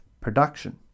production